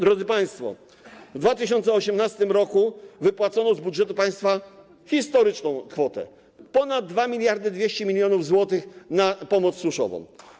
Drodzy państwo, w 2018 r. wypłacono z budżetu państwa historyczną kwotę ponad 2200 mln zł na pomoc suszową.